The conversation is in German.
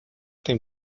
dem